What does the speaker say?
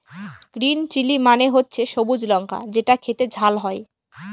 green chilli মানে হচ্ছে সবুজ লঙ্কা যেটা খেতে ঝাল হয়